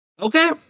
Okay